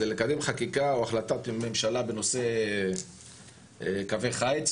זה לקדם חקיקה או החלטת ממשלה בנושא קווי חיץ,